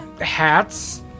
hats